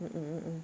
mm mm